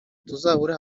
tuzahure